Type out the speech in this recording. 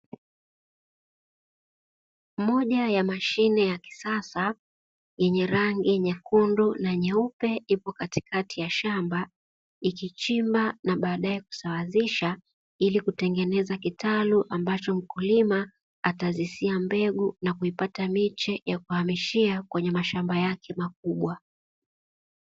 Moja ya mashine ya kisasa yenye rangi nyekundu na nyeupe ipo katikati ya shamba ikichimba na baadae kusawazisha, ili kutengeneza kitalu ambacho mkulima atazisia mbegu na kupata miche ya kuhamishia kwenye mashamba yake makubwa.